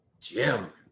Jim